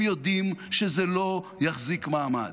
הם יודעים שזה לא יחזיק מעמד.